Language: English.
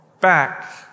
back